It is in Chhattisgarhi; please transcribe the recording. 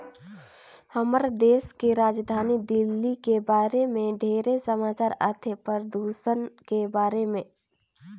हमर देश के राजधानी दिल्ली के बारे मे ढेरे समाचार आथे, परदूषन के बारे में